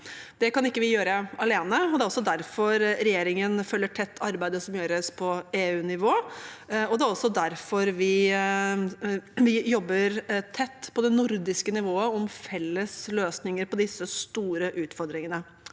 Det kan ikke vi gjøre alene, og det er derfor regjeringen følger arbeidet som gjøres på EU-nivå tett. Det er også derfor vi jobber tett på det nordiske nivået om felles løsninger på disse store utfordringene.